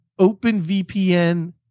OpenVPN